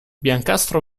biancastra